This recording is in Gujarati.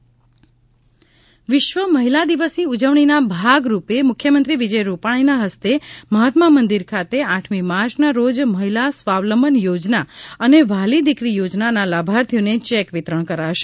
વિશ્વ મહિલા દિન વિશ્વ મહિલા દિવસની ઉજવણીના ભાગરૂપે મુખ્યમંત્રી વિજય રૂપાણીના હસ્તે મહાત્મા મંદિર ખાતે આઠમી માર્ચના રોજ મહિલા સ્વાવલંબન યોજના અને વ્હાલી દિકરી યોજનાના લાભાર્થીઓને ચેક વિતરણ કરાશે